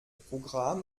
programm